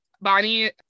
Bonnie